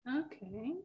okay